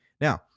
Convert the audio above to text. Now